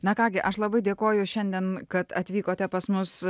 na ką gi aš labai dėkoju šiandien kad atvykote pas mus